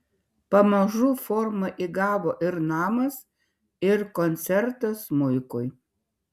pamažu formą įgavo ir namas ir koncertas smuikui